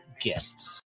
guests